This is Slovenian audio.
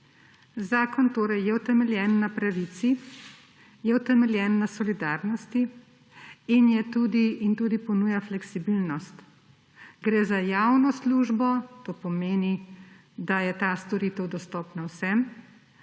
torej je utemeljen na pravici, je utemeljen na solidarnosti in tudi ponuja fleksibilnost. Gre za javno službo. To pomeni, da je ta storitev dostopna vsem;